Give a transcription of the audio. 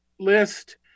list